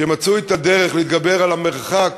שמצאו את הדרך להתגבר על המרחק